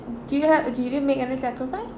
do you have did you make any sacrifice